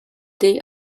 they